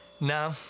No